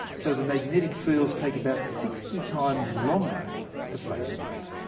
so the magnetic fields take about sixty times longer to fade away.